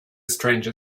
stranger